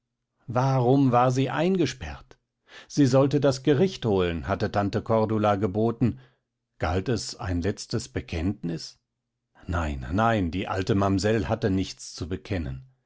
warum war sie eingesperrt sie sollte das gericht holen hatte tante cordula geboten galt es ein letztes bekenntnis nein nein die alte mamsell hatte nichts zu bekennen